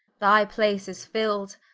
thy place is fill'd,